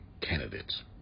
candidates